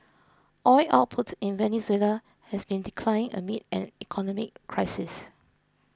oil output in Venezuela has been declining amid an economic crisis